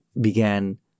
began